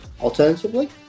Alternatively